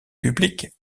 publique